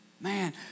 Man